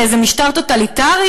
באיזה משטר טוטליטרי?